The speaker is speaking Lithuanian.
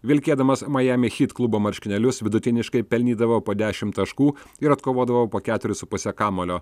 vilkėdamas majami heat klubo marškinėlius vidutiniškai pelnydavo po dešimt taškų ir atkovodavo po keturis su puse kamuolio